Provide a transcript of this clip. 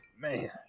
Man